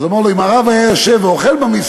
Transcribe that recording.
אז הוא אמר לו: אם הרב היה יושב ואוכל במסעדה,